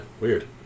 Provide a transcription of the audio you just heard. weird